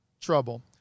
trouble